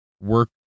work